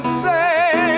say